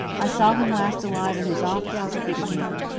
i saw him last alive in his office, he began.